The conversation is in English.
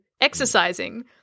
exercising